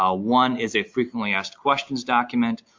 ah one is a frequently asked questions document.